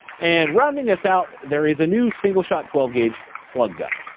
and rounding us out, there is a new single shot twelve gauge slug gun.